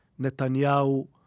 Netanyahu